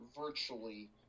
virtually